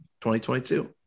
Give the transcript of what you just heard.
2022